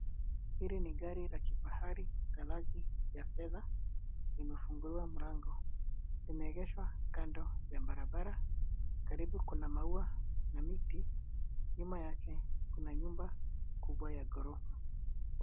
Hili ni gari la kifahari la rangi ya fedha. Imefunguliwa mlango. Imeegeshwa kando ya barabara. Karibu kuna maua na miti. Nyuma yake kuna nyumba kubwa ya ghorofa.